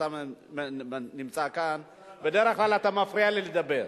כשאתה נמצא כאן, בדרך כלל אתה מפריע לי לדבר.